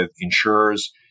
insurers